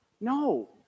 No